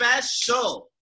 special